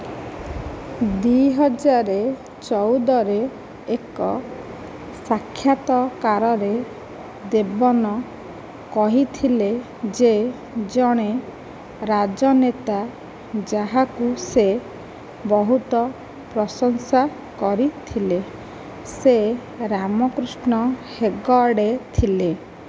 ଦୁଇହଜାର ଚଉଦରେ ଏକ ସାକ୍ଷାତକାରରେ ଦେବନ କହିଥିଲେ ଯେ ଜଣେ ରାଜନେତା ଯାହାକୁ ସେ ବହୁତ ପ୍ରଶଂସା କରିଥିଲେ ସେ ରାମକୃଷ୍ଣ ହେଗଡେ ଥିଲେ